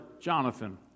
Jonathan